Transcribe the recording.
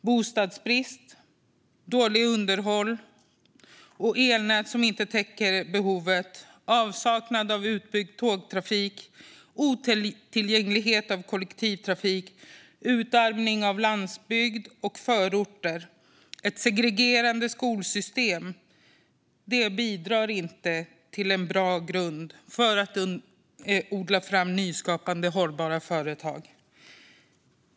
Bostadsbrist, dåligt underhåll och elnät som inte täcker behovet, avsaknad av utbyggd tågtrafik, bristande tillgång till kollektivtrafik, utarmning av landsbygd och förorter och ett segregerande skolsystem bidrar inte till att ge en bra grund för att odla fram nyskapande, hållbara företag.